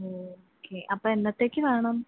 okay appam എന്നത്തേക്ക് വേണം